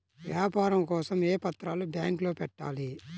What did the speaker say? వ్యాపారం కోసం ఏ పత్రాలు బ్యాంక్లో పెట్టాలి?